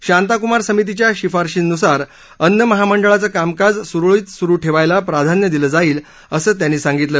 शांता कुमार समितीच्या शिफारशीनुसार अन्न महामंडळाचं कामकाज सुरळीत सुरू ठेवायला प्राधान्य दिलं जाईल असं त्यांनी सांगितलं